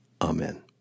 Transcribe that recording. Amen